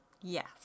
Yes